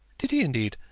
did he indeed?